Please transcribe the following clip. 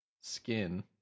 skin